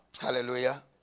hallelujah